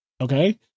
Okay